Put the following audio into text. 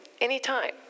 anytime